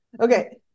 Okay